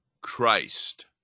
Christ